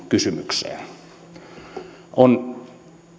kysymykseen kolmesta miljardista on